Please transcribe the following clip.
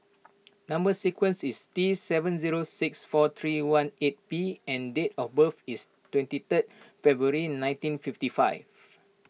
Number Sequence is T seven zero six four three one eight P and date of birth is twenty third February nineteen fifty five